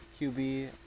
QB